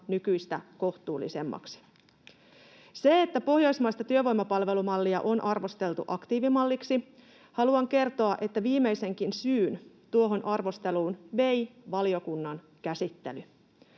nykyistä kohtuullisemmiksi. Kun pohjoismaista työvoimapalvelumallia on arvosteltu aktiivimalliksi, haluan kertoa, että viimeisenkin syyn tuohon arvosteluun vei valiokunnan käsittely.